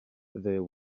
there